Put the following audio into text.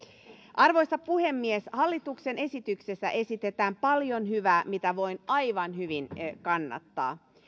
arvoisa puhemies hallituksen esityksessä esitetään paljon hyvää mitä voin aivan hyvin kannattaa